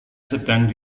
sedang